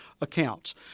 accounts